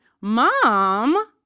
Mom